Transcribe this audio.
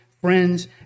friends